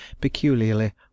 peculiarly